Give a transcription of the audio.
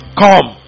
come